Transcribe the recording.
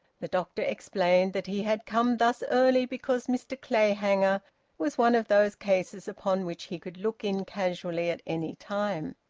the doctor explained that he had come thus early because mr clayhanger was one of those cases upon which he could look in casually at any time.